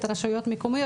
רשויות מקומיות.